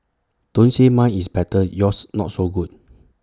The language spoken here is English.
don't say mine is better yours not so good